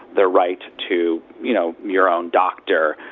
the right to, you know, your own doctor,